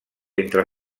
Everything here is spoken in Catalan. entre